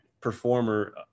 performer